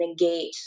negate